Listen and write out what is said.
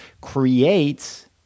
creates